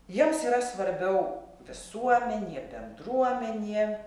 jiems yra svarbiau visuomenė bendruomenė